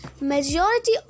Majority